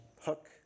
hook